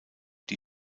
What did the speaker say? die